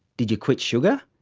did you quit sugar?